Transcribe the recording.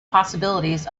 possibilities